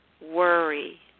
worry